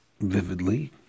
vividly